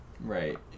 Right